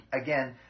Again